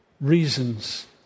reasons